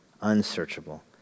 unsearchable